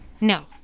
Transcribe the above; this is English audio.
no